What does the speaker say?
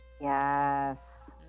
Yes